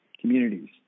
communities